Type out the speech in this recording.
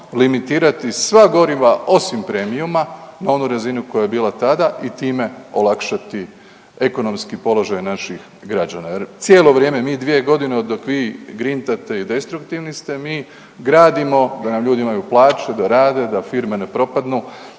limitirati sva goriva osim Premiuma na onu razinu koja je bila tada i time olakšati ekonomski položaj naših građana. Jer cijelo vrijeme, mi dvije godine dok vi grintate i destruktivni ste, mi gradimo da nam ljudi imaju plaće, da rade, da firme ne propadnu,